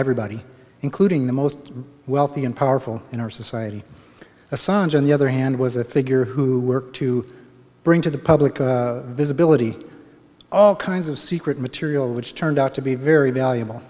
everybody including the most wealthy and powerful in our society a songe on the other hand was a figure who worked to bring to the public visibility all kinds of secret material which turned out to be very valuable